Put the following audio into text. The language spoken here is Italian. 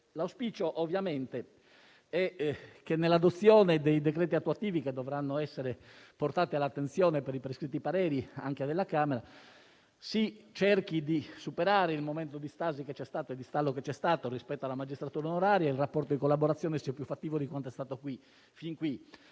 L'auspicio è che nell'adozione dei decreti attuativi, che dovranno essere portati all'attenzione per i prescritti pareri anche della Camera, si cerchi di superare il momento di stallo verificatosi sul tema della magistratura onoraria e il rapporto di collaborazione sia più fattivo di quanto sia stato fin qui.